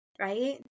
right